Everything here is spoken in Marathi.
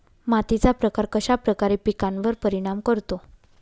मातीचा प्रकार कश्याप्रकारे पिकांवर परिणाम करतो?